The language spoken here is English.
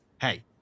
Hey